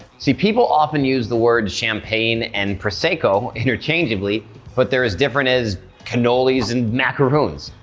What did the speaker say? see, people often use the word champagne and prosecco interchangeably but they're as different as cannolis and macaroons.